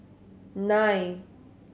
nine